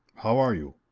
how are you?